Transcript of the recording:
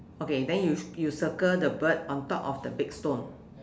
okay then you will you will circle the part on top of the big stone